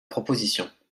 proposition